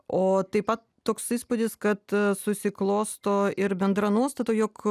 o taip pat toks įspūdis kad susiklosto ir bendra nuostata jog